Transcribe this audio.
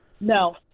No